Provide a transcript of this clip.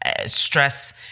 Stress